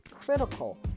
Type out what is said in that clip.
critical